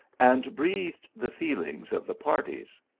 and breathed the feelings of the parties.